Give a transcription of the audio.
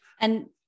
And-